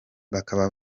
bakaba